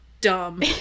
dumb